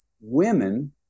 Women